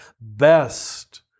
best